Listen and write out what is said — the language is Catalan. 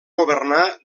governar